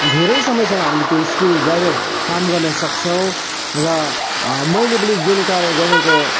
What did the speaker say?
धेरै समयसम्म हामीले त्यो स्क्रुड्राइभर काम गर्न सक्छौँ र मैले पनि जुन कार्य गरिरहेको